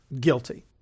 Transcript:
guilty